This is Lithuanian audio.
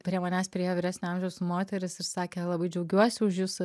prie manęs priėjo vyresnio amžiaus moteris ir sakė labai džiaugiuosi už jus